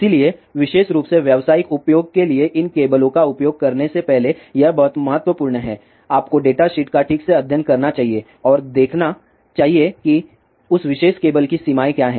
इसलिए विशेष रूप से व्यावसायिक उपयोग के लिए इन केबलों का उपयोग करने से पहले यह बहुत महत्वपूर्ण है आपको डेटा शीट का ठीक से अध्ययन करना चाहिए और देखना चाहिए कि उस विशेष केबल की सीमाएं क्या हैं